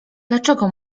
dlaczego